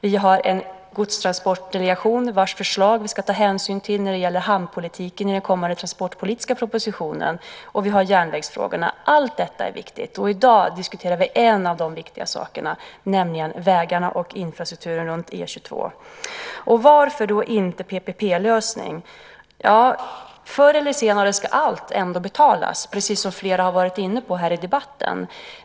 Vi har en godstransportdelegation vars förslag vi ska ta hänsyn till när det gäller hamnpolitiken i den kommande transportpolitiska propositionen. Vi har järnvägsfrågorna. Allt detta är viktigt. I dag diskuterar vi en av de viktiga sakerna, nämligen vägarna och infrastrukturen runt E 22. Varför inte PPP-lösning? Förr eller senare ska allt ändå betalas, precis som flera har varit inne på i debatten.